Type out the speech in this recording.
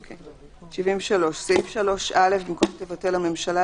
73. סעיף 3(א) במקום: "תבטל הממשלה",